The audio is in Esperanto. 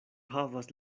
havas